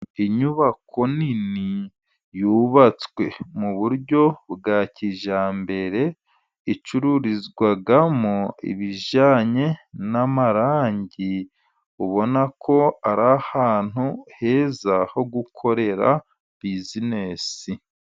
Inyubako nini yubatswe mu buryo bwa kijyambere, icururizwamo ibijyanye n'amarangi, ubona ko ari ahantu heza, ho gukorera bizinesi.